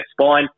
spine